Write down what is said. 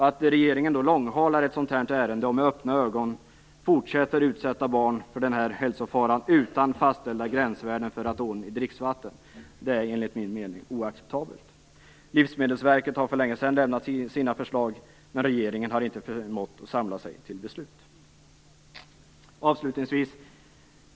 Att regeringen då långhalar ett sådant här ärende och med öppna ögon fortsätter utsätta barn för denna hälsofara utan att fastställa gränsvärden för radon i dricksvatten är enligt min mening oacceptabelt. Livsmedelsverket har för länge sedan lämnat sina förslag, men regeringen har inte förmått samla sig till beslut.